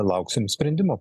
lauksim sprendimo